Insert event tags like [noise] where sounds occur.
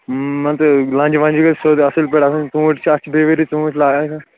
مان ژٕ لنٛجہٕ ونجہٕ گژھِ سیوٚد اَصٕل پٲٹھۍ آسٕنۍ ژوٗنٛٹۍ چھِ اَتھ چھِ بیٚیہِ ؤرِیہِ ژوٗنٛٹۍ [unintelligible]